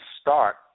start